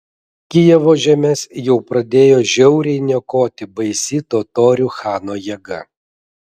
kijevo žemes jau pradėjo žiauriai niokoti baisi totorių chano jėga